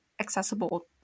accessible